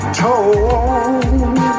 told